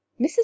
Mrs